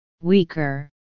weaker